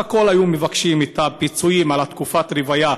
בסך הכול הם ביקשו את הפיצויים על תקופת הרוויה,